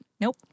Nope